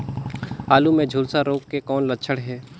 आलू मे झुलसा रोग के कौन लक्षण हे?